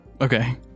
okay